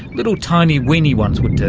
little tiny, weeny ones would do.